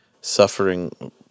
suffering